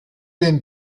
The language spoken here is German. den